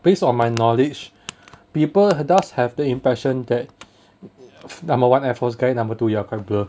based on my knowledge people does have the impression that number one air force guy number two ya you're quite blur